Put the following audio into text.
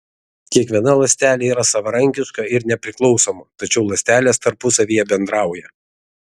kiekviena ląstelė yra savarankiška ir nepriklausoma tačiau ląstelės tarpusavyje bendrauja